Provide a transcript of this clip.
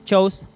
Chose